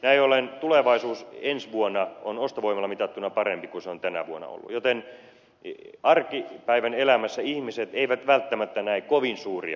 näin ollen tulevaisuus ensi vuonna on ostovoimalla mitattuna parempi kuin se on tänä vuonna ollut joten arkipäivän elämässä ihmiset eivät välttämättä näe kovin suuria muutoksia